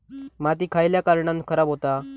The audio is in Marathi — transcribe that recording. माती खयल्या कारणान खराब हुता?